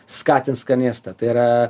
skatint skanėstą tai yra